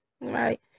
right